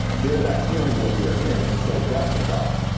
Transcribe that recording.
they're not hearing what we're hearing and so that's the problem.